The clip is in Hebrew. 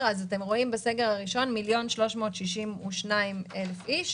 בסגר הראשון אתם רואים 1,362,000 אנשים